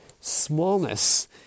smallness